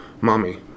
Mommy